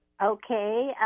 Okay